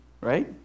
right